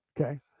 Okay